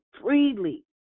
freely